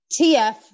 TF